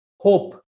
hope